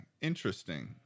Interesting